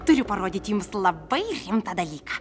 turiu parodyt jums labai rimtą dalyką